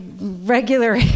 regular